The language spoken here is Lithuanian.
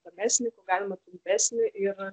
įdomesnį kiek galima trumpesnį ir